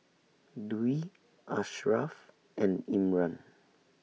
Dwi Asharaff and Imran